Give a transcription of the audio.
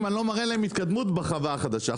אם אני לא מראה להם התקדמות בחווה החדשה.